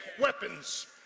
weapons